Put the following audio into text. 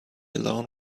alone